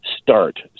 start